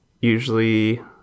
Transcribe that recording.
usually